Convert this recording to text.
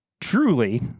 truly